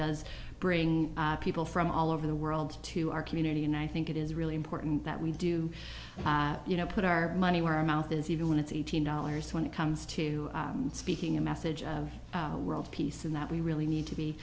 does bring people from all over the world to our community and i think it is really important that we do you know put our money where our mouth is even when it's a thousand dollars when it comes to speaking a message of world peace and that we really need to be